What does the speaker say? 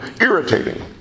irritating